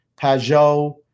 Pajot